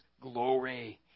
glory